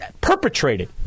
perpetrated